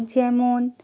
যেমন